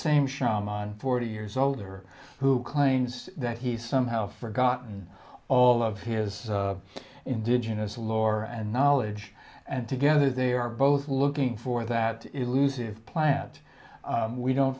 showman forty years older who claims that he somehow forgotten all of his indigenous lore and knowledge and together they are both looking for that elusive plant we don't